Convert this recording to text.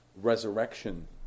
resurrection